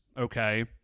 Okay